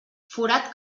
forat